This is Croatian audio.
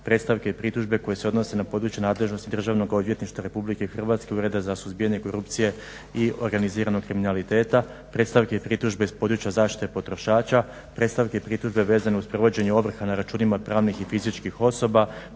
predstavke i pritužbe koje se odnose na područje nadležnosti Državnog odvjetništva Republike Hrvatske i Ureda za suzbijanje korupcije i organiziranog kriminaliteta, predstavke i pritužbe s područja zaštite potrošača, predstavke i pritužbe vezane uz provođenje ovrha na računima pravnih i fizičkih osoba,